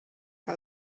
que